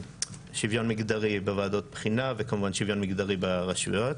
שוויון מגדרי בוועדות בחינה וכמובן שוויון מגדרי ברשויות.